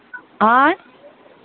आँय